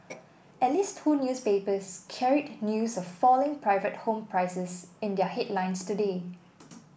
at least two newspapers carried news of falling private home prices in their headlines today